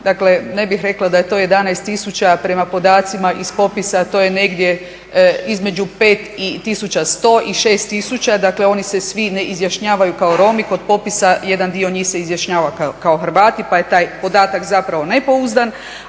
Dakle, ne bih rekla da je to 11 tisuća, prema podacima iz popisa to je negdje između 5100 i 6000, dakle oni se svi izjašnjavaju kao Romi, kod popisa jedan dio njih se izjašnjava kao Hrvati pa je taj podatak zapravo nepouzdan.